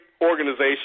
organization